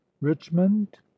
Richmond